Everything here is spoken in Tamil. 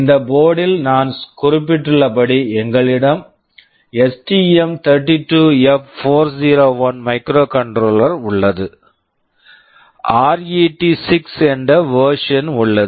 இந்த போர்ட்டு board ல் நான் குறிப்பிட்டுள்ளபடி எங்களிடம் எஸ்டிஎம்32எப்401 STM32F401 மைக்ரோகண்ட்ரோலர் microcontroller உள்ளது ஆர்ஈடி6 RET6 என்ற வெர்ஸன் version உள்ளது